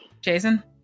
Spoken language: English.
Jason